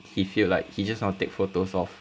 he feel like he just want to take photos of